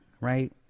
right